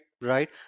right